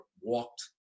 walked